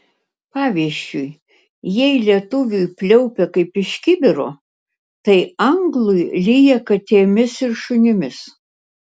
pavyzdžiui jei lietuviui pliaupia kaip iš kibiro tai anglui lyja katėmis ir šunimis